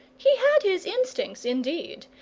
he had his instincts, indeed,